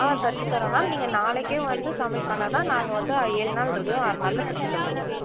ஆ தைச்சித் தரோம் மேம் நீங்கள் நாளைக்கே வந்து சப்மிட் பண்ணிணாதான் நாங்கள் வந்து ஏழு நாள் இருக்குது ஆறு நாளில் தைச்சி தந்துடுவோம்